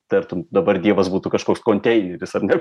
tartum dabar dievas būtų kažkoks konteineris ar ne